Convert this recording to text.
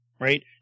right